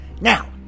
Now